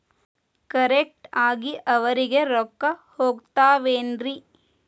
Correct ಆಗಿ ಅವರಿಗೆ ರೊಕ್ಕ ಹೋಗ್ತಾವೇನ್ರಿ?